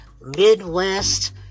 Midwest